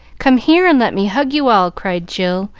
come here and let me hug you all! cried jill,